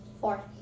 Four